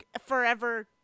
forever